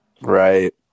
Right